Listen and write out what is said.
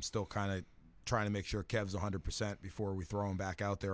still kind of trying to make sure cavs one hundred percent before we throw him back out there